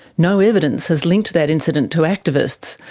no evidence has linked that incident to activists,